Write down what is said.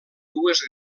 dues